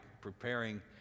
preparing